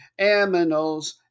Aminos